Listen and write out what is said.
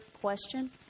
question